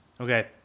okay